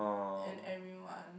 and everyone